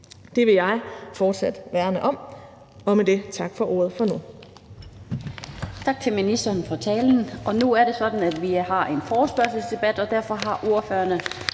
Det vil jeg fortsat værne om, og med det tak for ordet for nu.